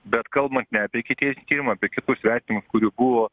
bet kalbant ne apie ikiteisminį tyrimą apie kitus vertinimus kurių buvo